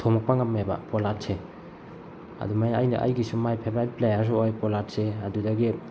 ꯊꯣꯝꯃꯛꯄ ꯉꯝꯃꯦꯕ ꯄꯣꯂꯥꯠꯁꯦ ꯑꯗꯨꯃꯥꯏꯅ ꯑꯩꯅ ꯑꯩꯒꯤꯁꯨ ꯃꯥꯏ ꯐꯦꯕꯔꯥꯏꯠ ꯄ꯭ꯂꯦꯌꯥꯔꯁꯨ ꯑꯣꯏ ꯄꯣꯂꯥꯠꯁꯦ ꯑꯗꯨꯗꯒꯤ